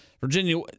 Virginia